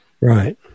Right